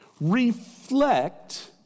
Reflect